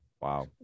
Wow